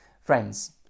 friends